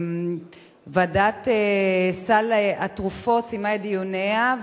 ועדת סל התרופות סיימה את דיוניה,